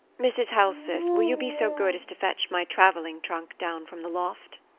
mrs. helseth, will you be so good as to fetch my travelling trunk down from the loft?